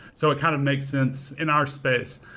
so it kind of makes sense in our space.